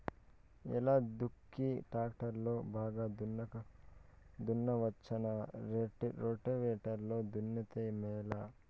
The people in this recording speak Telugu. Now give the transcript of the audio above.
ఎలా దుక్కి టాక్టర్ లో బాగా దున్నవచ్చునా రోటివేటర్ లో దున్నితే మేలా?